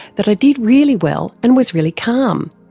that i did really well and was really calm.